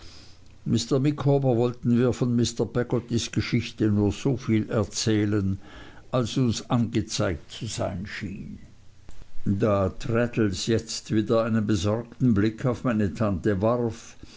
micawber wollten wir von mr peggottys geschichte nur soviel erzählen als uns angezeigt zu sein schien da traddles jetzt wieder einen besorgten blick auf meine tante warf